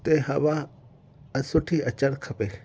ऐं उते हवा सुठी अचणु खपे